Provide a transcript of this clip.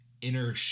inner